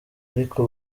ariko